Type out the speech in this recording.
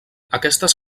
aquestes